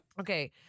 Okay